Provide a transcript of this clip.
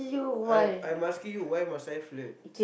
I'm I'm asking you why must I flirt